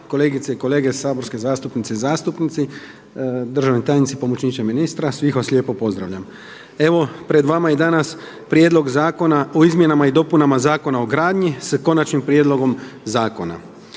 kolegice i kolege saborske zastupnice i zastupnici, državni tajnici, pomoćniče ministra sve vas lijepo pozdravljam. Evo pred vama je danas Prijedlog zakona o izmjenama i dopunama Zakona o gradnji sa konačnim prijedlogom zakona.